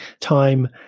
time